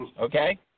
okay